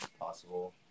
possible